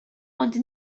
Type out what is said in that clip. ond